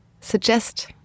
suggest